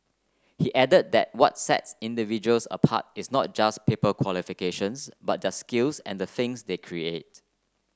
he added that what sets individuals apart is not just paper qualifications but their skills and the things they create